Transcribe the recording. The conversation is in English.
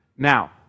Now